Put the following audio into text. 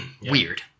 weird